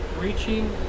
reaching